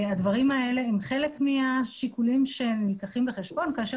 הדברים האלה הם חלק מהשיקולים שנלקחים בחשבון כאשר